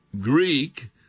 Greek